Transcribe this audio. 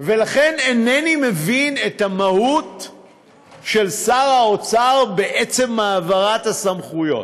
ולכן אינני מבין את המהות של שר האוצר בעצם העברת הסמכויות.